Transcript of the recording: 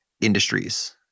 industries